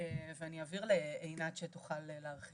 אני אעביר את רשות הדיבור לעינת על מנת שתוכל להרחיב.